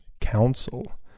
council